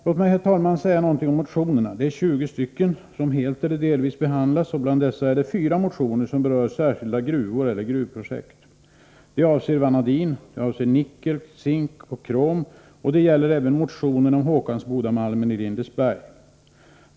Låt mig, herr talman, säga något om motionerna. Det är 20 motioner som helt eller delvis behandlats av utskottet, och bland dessa är fyra motioner som berör särskilda gruvor eller gruvprojekt. De avser vanadin, nickel, zink och krom och även Håkansbodamalmen i Lindesberg.